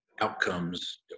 outcomes